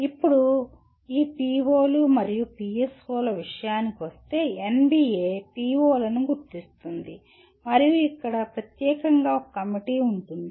ఇప్పుడు ఈ PO లు మరియు PSO ల విషయానికి వస్తే NBA PO లను గుర్తిస్తుంది మరియు ఇక్కడ ప్రత్యేకంగా ఒక కమిటీ ఉంది